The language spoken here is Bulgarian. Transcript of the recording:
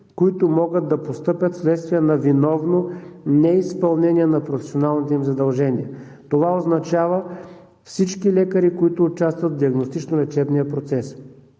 които могат да постъпят, вследствие на виновно неизпълнение на професионалните им задължения. Това означава всички лекари, които участват в диагностично-лечебния процес.